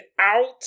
out